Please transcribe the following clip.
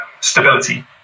stability